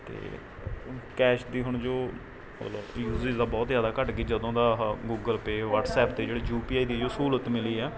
ਅਤੇ ਕੈਸ਼ ਦੀ ਹੁਣ ਜੋ ਮਤਲਬ ਯੂਜਿਸ ਦਾ ਬਹੁਤ ਜ਼ਿਆਦਾ ਘੱਟ ਗਏ ਜਦੋਂ ਦਾ ਆਹ ਗੂਗਲ ਪੇ ਵੱਟਸਐਪ 'ਤੇ ਜਿਹੜੇ ਯੂ ਪੀ ਆਈ ਦੀ ਜੋ ਸਹੂਲਤ ਮਿਲੀ ਆ